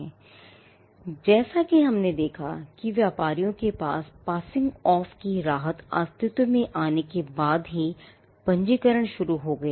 अब जैसा कि हमने देखा कि व्यापारियों के पास passing off की राहत अस्तित्व में आने के बाद ही पंजीकरण शुरू हो गया